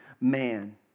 man